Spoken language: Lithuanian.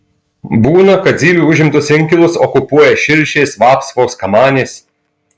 būna kad zylių užimtus inkilus okupuoja širšės vapsvos kamanės